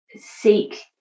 seek